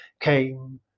came